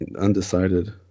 undecided